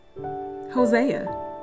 Hosea